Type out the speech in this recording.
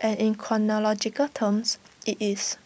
and in chronological terms IT is